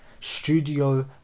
Studio